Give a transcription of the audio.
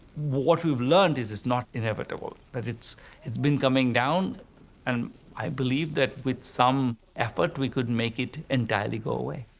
what we've learned is its not inevitable, but it's been coming down and i believe that with some effort, we can make it entirely go away.